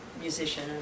musician